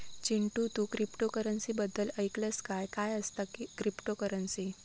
चिंटू, तू क्रिप्टोकरंसी बद्दल ऐकलंस काय, काय असता क्रिप्टोकरंसी?